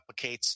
replicates